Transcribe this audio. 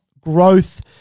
growth